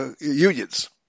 unions